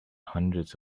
hundreds